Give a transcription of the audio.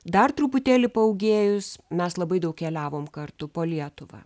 dar truputėlį paūgėjus mes labai daug keliavom kartu po lietuvą